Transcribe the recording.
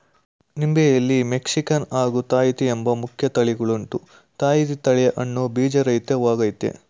ನಿಂಬೆಯಲ್ಲಿ Mexican ಹಾಗೂ Tahiti ಎಂಬ ಮುಖ್ಯ ತಳಿಗಳುಂಟು ತಾಹಿತಿ ತಳಿಯ ಹಣ್ಣು ಬೀಜರಹಿತ ವಾಗಯ್ತೆ